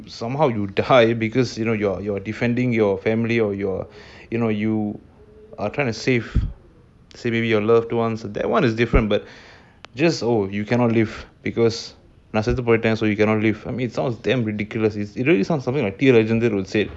somehow you die because you know you are you're defending your family or you you know you are trying to save say maybe your loved ones that one is different but just oh you cannot live because I died that's why you cannot live I mean it sounds damn ridiculous it really sounds something like what T_D_I rogers would say